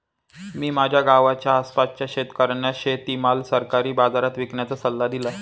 मी माझ्या गावाच्या आसपासच्या शेतकऱ्यांना शेतीमाल सरकारी बाजारात विकण्याचा सल्ला दिला